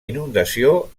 inundació